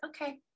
okay